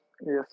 yes